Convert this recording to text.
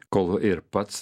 kol ir pats